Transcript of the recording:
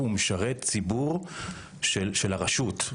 הוא משרת ציבור של הרשות,